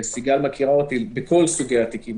וסיגל מכירה אותי בכל סוגי התיקים,